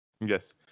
Yes